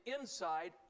inside